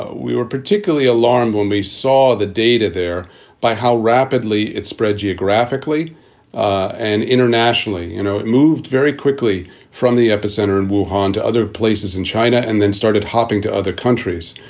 we were particularly alarmed when we saw the data there by how rapidly it spread geographically and internationally you know it moved very quickly from the epicenter in one hand to other places in china and then started hopping to other countries.